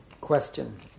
question